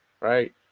right